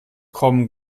kommen